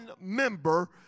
member